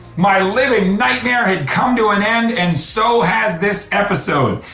my living nightmare had come to an end, and so has this episode.